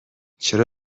چرا